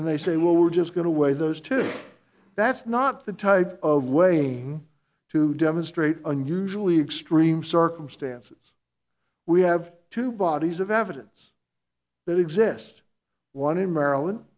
and they say well we're just going to weigh those two that's not the type of weighing to demonstrate unusually extreme circumstances we have two bodies of evidence that exist one in maryland